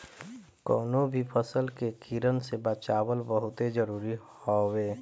कवनो भी फसल के कीड़न से बचावल बहुते जरुरी हवे